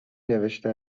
نوشته